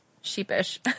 sheepish